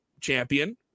champion